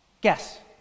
Guess